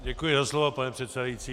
Děkuji za slovo, pane předsedající.